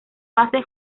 fase